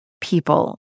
people